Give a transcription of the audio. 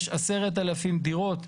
יש עשרת אלפים דירות.